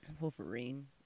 Wolverine